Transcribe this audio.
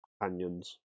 companions